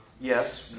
Yes